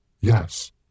Yes